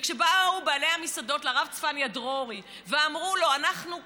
וכשבאו בעלי המסעדות לרב צפניה דרורי ואמרו לו: אנחנו,